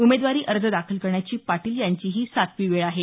उमेदवारी अर्ज दाखल करण्याची पाटील यांची ही सातवी वेळ आहे